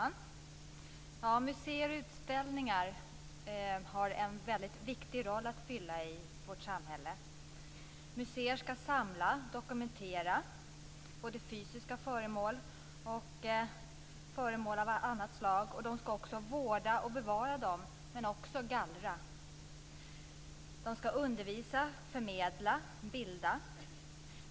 Fru talman! Museer och utställningar har en viktig roll att fylla i vårt samhälle. Museer ska samla och dokumentera fysiska föremål och föremål av annat slag. De ska också vårda och bevara dem men också gallra. De ska undervisa, förmedla, bilda.